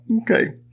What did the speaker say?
Okay